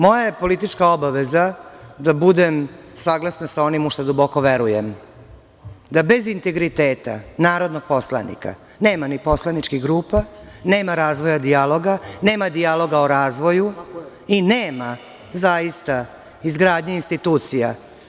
Moja je politička obaveza da budem saglasna sa onim u šta duboko verujem, da bez integriteta narodnog poslanika nema ni poslaničkih grupa, nema razvoja dijaloga, nema dijaloga o razvoju i nema zaista izgradnje institucija.